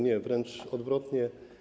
Nie, wręcz odwrotnie.